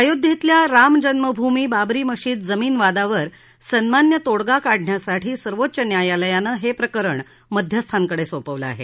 अयोध्येतल्या राम जन्मभूमी बाबरी मशीद जमीन वादावर सन्मान्य तोडगा काढण्यासाठी सर्वोच्च न्यायालयानं हे प्रकरण मध्यस्थांकडे सोपवलं आहे